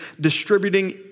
distributing